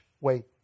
Wait